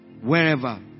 wherever